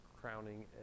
crowning